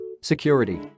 Security